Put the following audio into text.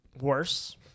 worse